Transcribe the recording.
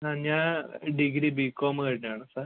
ഞാൻ degree BCom കഴിഞ്ഞതാണ് sir